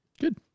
Good